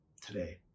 today